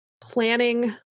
planning